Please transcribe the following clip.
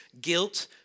guilt